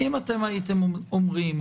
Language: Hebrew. אם אתם הייתם אומרים,